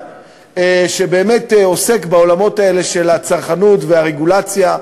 שבאמת עוסק בעולמות האלה של הצרכנות והרגולציה.